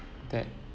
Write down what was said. that